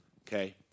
Okay